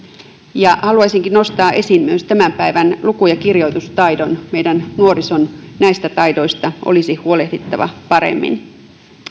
haluaisinkin nostaa esiin myös tämän päivän luku ja kirjoitustaidon meidän nuorisomme näistä taidoista olisi huolehdittava paremmin